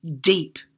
deep